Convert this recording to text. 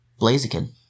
Blaziken